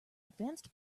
advanced